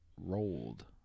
rolled